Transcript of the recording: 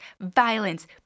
violence